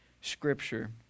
Scripture